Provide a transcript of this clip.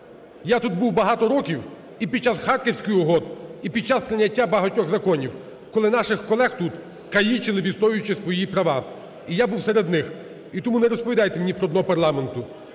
Я тут був багато років і під час Харківських угод, і під час прийняття багатьох законів, коли наших колег тут калічили, відстоюючи свої права, і я був серед них. І тому не розповідайте мені про дно парламенту.